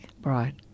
Right